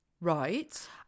Right